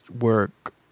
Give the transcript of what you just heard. work